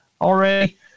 already